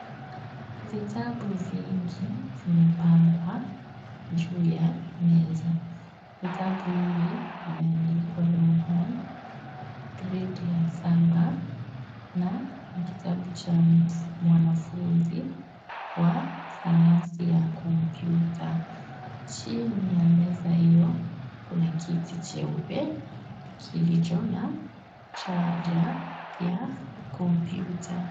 Vitabu vingi vimepangwa juu ya meza. Vitabu hivi vimeandikwa," Longhorn, Grade 7" na ni kitabu cha mwanafunzi, sayansi ya kompyuta. Chini ya meza iyo kuna kiti cheupe kilicho na charger ya kompyuta.